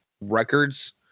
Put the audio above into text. records